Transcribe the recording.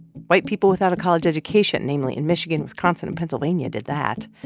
white people without a college education namely, in michigan, wisconsin and pennsylvania did that.